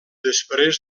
després